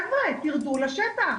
חבר'ה, תרדו לשטח,